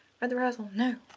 read the rehearsal? no!